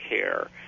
care